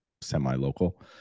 semi-local